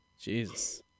Jesus